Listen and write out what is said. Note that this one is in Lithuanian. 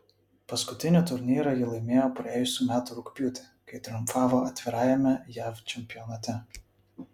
paskutinį turnyrą ji laimėjo praėjusių metų rugpjūtį kai triumfavo atvirajame jav čempionate